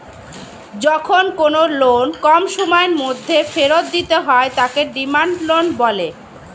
যখন কোনো লোন কম সময়ের মধ্যে ফেরত দিতে হয় তাকে ডিমান্ড লোন বলে